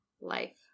Life